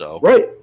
Right